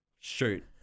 shoot